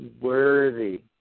worthy